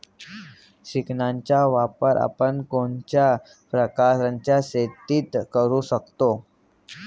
सिंचनाचा वापर आपण कोणत्या प्रकारच्या शेतीत करू शकतो?